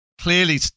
clearly